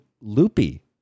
loopy